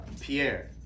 Pierre